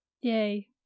Yay